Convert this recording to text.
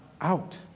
out